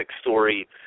story